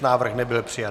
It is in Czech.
Návrh nebyl přijat.